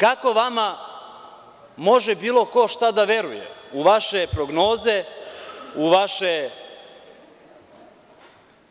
Kako vama može bilo ko šta da veruje, u vaše prognoze, u vaše